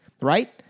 right